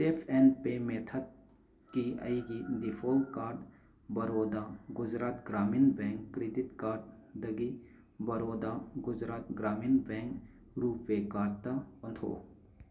tap and pay ꯃꯦꯊꯠꯀꯤ ꯑꯩꯒꯤ default card Baroda Gujarat Gramin bank credit card ꯗꯒꯤ ꯕꯔꯣꯗꯥ ꯒꯨꯖꯔꯥꯠ ꯒ꯭ꯔꯥꯃꯤꯟ ꯕꯦꯡ ꯔꯨꯄꯦ ꯀꯥꯔꯠꯇ ꯑꯣꯟꯊꯣꯛꯎ